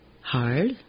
hard